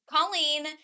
Colleen